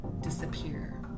disappear